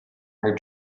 her